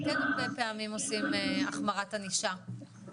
אנחנו כן הרבה פעמים עושים החמרת ענישה,